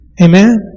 Amen